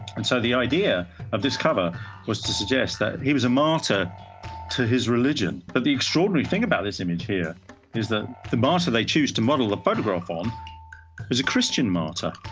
and so the idea of this cover was to suggest that he was a martyr to his religion. but the extraordinary thing about this image here is that the master they choose to model a photograph on is a christian martyr.